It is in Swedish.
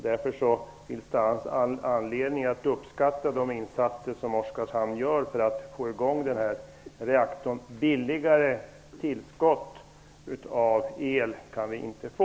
Därför finns det anledning att uppskatta de insatser Oskarshamn gör för att få i gång reaktorn. Billigare tillskott av el kan vi inte få.